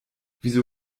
wieso